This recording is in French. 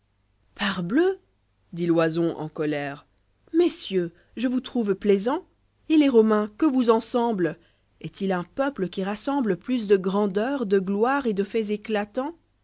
parbleu dit l'oison en colère messieurs je vous trouve plaisants et les romains que vous en semble ï est-il un peuple qui rassemble plus de grandeur de gloire et de faits éclatants